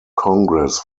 congress